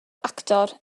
actor